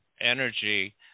energy